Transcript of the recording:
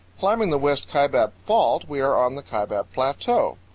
climbing the west kaibab fault, we are on the kaibab plateau.